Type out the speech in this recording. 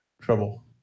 trouble